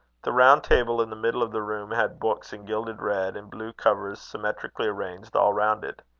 the round table in the middle of the room had books in gilded red and blue covers symmetrically arranged all round it.